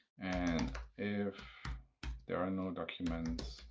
and if there are no documents,